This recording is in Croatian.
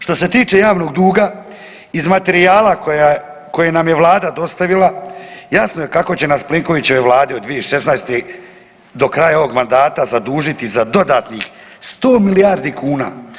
Što se tiče javnog duga, iz materijala koji nam je Vlada dostavila, jasno je kako će nas Plenkovićeva Vlada od 2016. do kraja ovog mandata zadužiti za dodatnih 100 milijardi kuna.